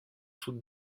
sud